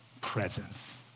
presence